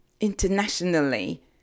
Internationally